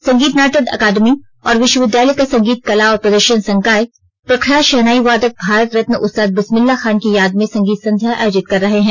संगीत नाटक अकादमी और विश्वविद्यालय का संगीत कला और प्रदर्शन संकाय प्रख्यात शहनाई वादक भारत रत्न उस्ताद बिस्मिल्ला खान की याद में संगीत संध्या अयोजित कर रहे हैं